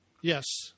Yes